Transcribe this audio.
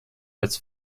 als